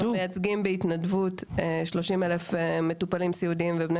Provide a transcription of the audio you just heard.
אנחנו מייצגים בהתנדבות כ-30,000 מטופלים סיעודיים ואת בני